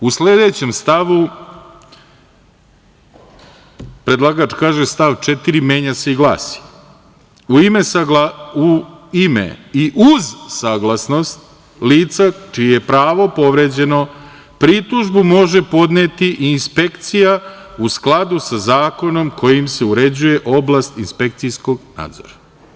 U sledećem stavu predlagač kaže – stav 4. menja se i glasi – u ime i uz saglasnost lica čije je pravo povređeno pritužbu može podneti inspekcija u skladu sa zakonom kojim se uređuje oblast inspekcijskog nadzora.